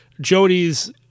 Jody's